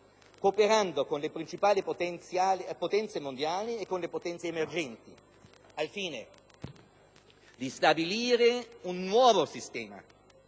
cooperando con le principali potenze mondiali e con quelle emergenti al fine di stabilire un nuovo sistema.